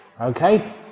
Okay